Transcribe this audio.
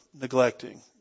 neglecting